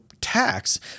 tax